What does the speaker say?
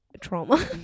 trauma